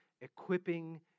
equipping